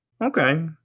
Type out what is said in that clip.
okay